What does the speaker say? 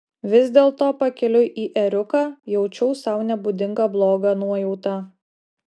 vis dėlto pakeliui į ėriuką jaučiau sau nebūdingą blogą nuojautą